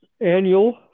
Annual